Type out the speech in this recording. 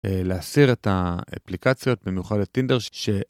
להסיר את האפליקציות במיוחד לטינדר ש...